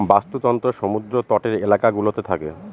বাস্তুতন্ত্র সমুদ্র তটের এলাকা গুলোতে থাকে